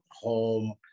home